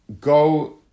go